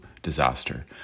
Disaster